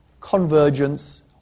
Convergence